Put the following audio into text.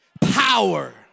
power